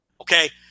Okay